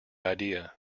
idea